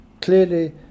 Clearly